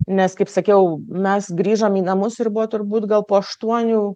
nes kaip sakiau mes grįžom į namus ir buvo turbūt gal po aštuonių